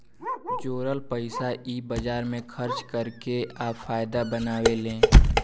जोरल पइसा इ बाजार मे खर्चा कर के आ फायदा बनावेले